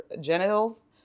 genitals